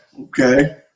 Okay